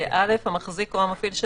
או המפעיל של